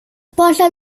bara